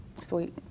sweet